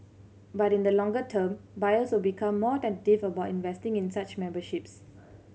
but in the longer term buyers will become more tentative about investing in such memberships